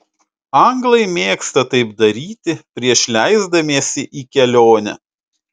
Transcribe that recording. anglai mėgsta taip daryti prieš leisdamiesi į kelionę